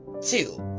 Two